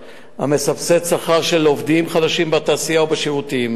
המסבסד שכר של עובדים חדשים בתעשייה ובשירותים,